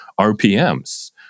RPMs